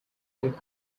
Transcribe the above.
dried